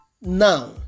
now